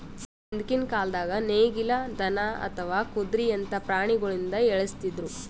ಹಿಂದ್ಕಿನ್ ಕಾಲ್ದಾಗ ನೇಗಿಲ್, ದನಾ ಅಥವಾ ಕುದ್ರಿಯಂತಾ ಪ್ರಾಣಿಗೊಳಿಂದ ಎಳಸ್ತಿದ್ರು